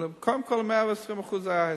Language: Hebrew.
אבל קודם כול 120% זה ההסכם.